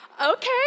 okay